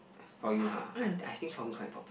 for you ha I I think for me quite important